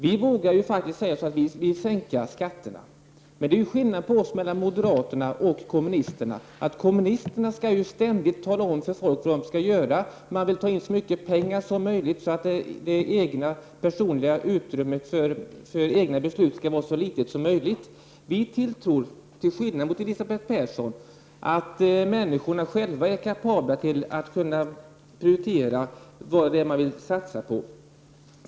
Vi vågar faktiskt säga att vi vill sänka skatterna, men det är ju skillnad mellan oss moderater och kommunisterna. Kommunisterna skall ständigt tala om för folk vad de skall göra. Man vill ta in så mycket pengar som möjligt, så att individens utrymme för egna beslut blir så litet som möjligt. Vi moderater tilltror, till skillnad från Elisabeth Persson, människorna själva vara att kapabla att prioritera satsningarna.